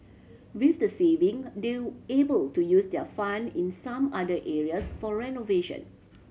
with the saving they're able to use their fund in some other areas for renovation